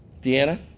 Deanna